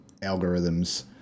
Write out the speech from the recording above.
algorithms